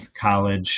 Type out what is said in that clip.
college